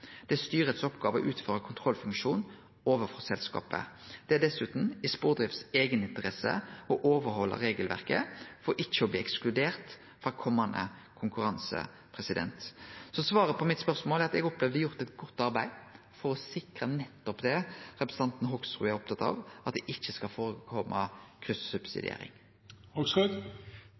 Det er oppgåva til styret å utføre kontrollfunksjon overfor selskapet. Det er dessutan i Spordrift si eiga interesse å overhalde regelverket, for ikkje å bli ekskludert frå komande konkurranse. Så svaret på spørsmålet er at eg opplever at det er gjort eit godt arbeid for å sikre nettopp det representanten Hoksrud er opptatt av, at det ikkje skal